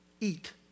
Eat